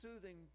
soothing